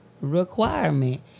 requirement